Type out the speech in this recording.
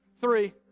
three